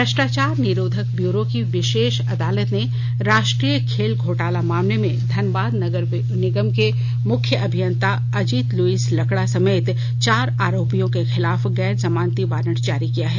भ्रष्टाचार निरोधक ब्यूरो की विशेष अदालत ने राष्ट्रीय खेल घोटाला मामले में धनबाद नगर निगम के मुख्य अभियंता अजीत लुईस लकड़ा समेत चार आरोपियों के खिलाफ गैर जमानती वारंट जारी किया है